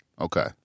Okay